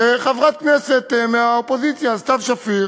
שחברת כנסת מהאופוזיציה סתיו שפיר